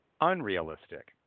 unrealistic